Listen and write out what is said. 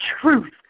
truth